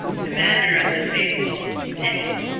commander of the faithful, said he,